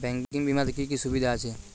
Banking বিমাতে কি কি সুবিধা আছে?